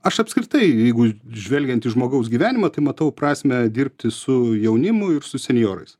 aš apskritai jeigu žvelgiant į žmogaus gyvenimą tai matau prasmę dirbti su jaunimu ir su senjorais